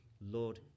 Lord